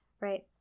Right